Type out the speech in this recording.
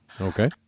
Okay